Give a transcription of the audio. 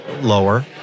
lower